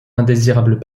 indésirables